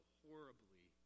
horribly